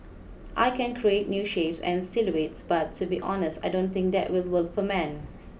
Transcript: I can create new shapes and silhouettes but to be honest I don't think that will work for men